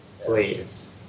Please